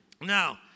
Now